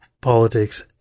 politics